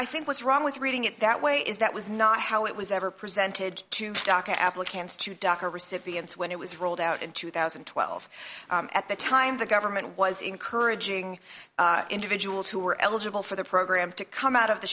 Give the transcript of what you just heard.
i think what's wrong with reading it that way is that was not how it was ever presented to dock applicants to dock or recipients when it was rolled out in two thousand and twelve at the time the government was encouraging individuals who were eligible for the program to come out of the